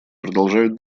продолжают